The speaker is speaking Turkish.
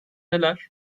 neler